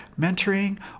mentoring